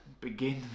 begin